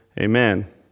Amen